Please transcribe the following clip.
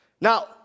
Now